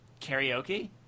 Karaoke